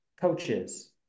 coaches